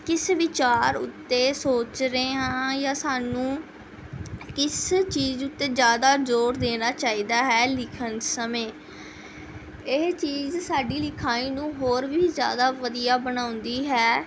ਕਿਸ ਵਿਚਾਰ ਉੱਤੇ ਸੋਚ ਰਹੇ ਹਾਂ ਜਾਂ ਸਾਨੂੰ ਕਿਸ ਚੀਜ਼ ਉੱਤੇ ਜ਼ਿਆਦਾ ਜ਼ੋਰ ਦੇਣਾ ਚਾਹੀਦਾ ਹੈ ਲਿਖਣ ਸਮੇਂ ਇਹ ਚੀਜ਼ ਸਾਡੀ ਲਿਖਾਈ ਨੂੰ ਹੋਰ ਵੀ ਜ਼ਿਆਦਾ ਵਧੀਆ ਬਣਾਉਂਦੀ ਹੈ